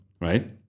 right